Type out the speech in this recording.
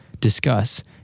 discuss